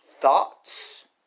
Thoughts